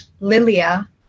Lilia